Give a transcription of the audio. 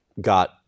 got